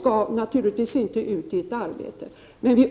skall naturligtvis inte ut i arbete.